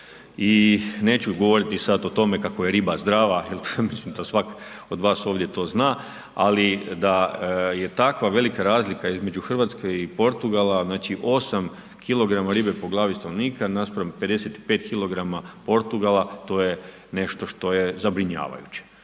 I neću govoriti sada o tome kako je riba zdrava, jel mislim to svak od vas ovdje to zna, ali da je takva velike razlika između Hrvatske i Portugala znači 8 kg ribe po glavi stanovnika naspram 55 kg Portugala to je nešto što je zabrinjavajuće,